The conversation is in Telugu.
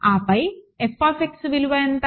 ఆపై f విలువ ఎంత